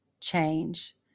change